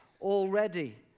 already